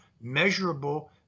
measurable